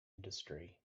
industry